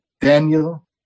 daniel